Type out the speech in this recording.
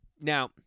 Now